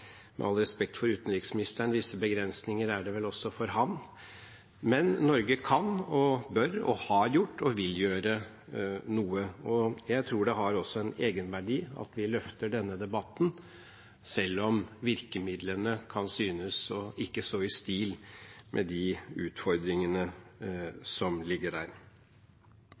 Med all respekt for utenriksministeren, visse begrensninger er det vel også for ham, men Norge har gjort og kan og bør og vil gjøre noe. Jeg tror det også har en egenverdi at vi løfter denne debatten, selv om virkemidlene kan synes ikke å stå i stil med de utfordringene som ligger der.